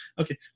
okay